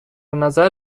نظر